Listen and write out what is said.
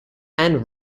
and